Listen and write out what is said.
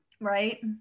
right